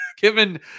given